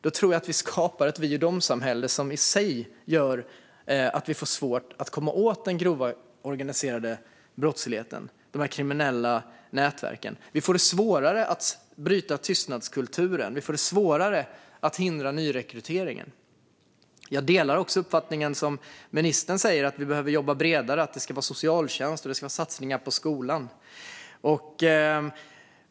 Då tror jag att vi skapar ett vi-och-dom-samhälle som i sig gör att vi får svårt att komma åt den grova organiserade brottsligheten och de kriminella nätverken, att vi får det svårare att bryta tystnadskulturen och att vi får det svårare att hindra nyrekryteringen. Jag delar den uppfattning som ministern har att vi behöver jobba bredare med socialtjänsten och satsningar på skolan.